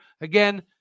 Again